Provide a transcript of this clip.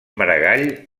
maragall